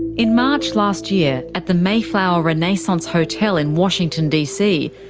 in march last year, at the mayflower renaissance hotel in washington dc,